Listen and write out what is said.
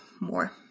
more